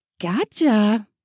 Gotcha